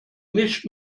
nicht